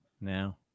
Now